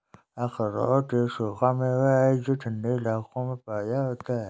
अखरोट एक सूखा मेवा है जो ठन्डे इलाकों में पैदा होता है